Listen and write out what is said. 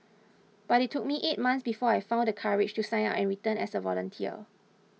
but it took me eight months before I found the courage to sign up and return as a volunteer